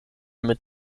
mit